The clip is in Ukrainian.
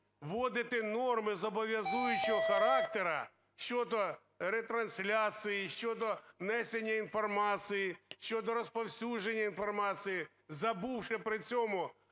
вводити норми зобов'язуючого характеру щодо ретрансляції, щодо внесення інформації, щодо розповсюдження інформації, забувши при цьому наявність